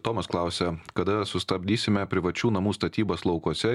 tomas klausia kada sustabdysime privačių namų statybas laukuose